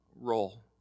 role